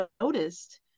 noticed